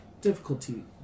Difficulty